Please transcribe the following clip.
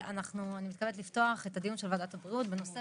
אני מתכבדת לפתוח את הדיון של ועדת הבריאות בנושא